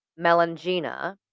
melangina